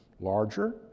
larger